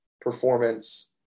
performance